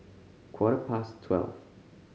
quarter past twelve